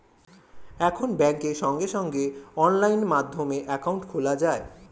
এখন ব্যাংকে সঙ্গে সঙ্গে অনলাইন মাধ্যমে অ্যাকাউন্ট খোলা যায়